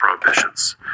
prohibitions